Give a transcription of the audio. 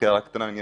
אני אשלים.